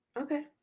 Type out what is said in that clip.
Okay